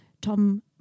Tom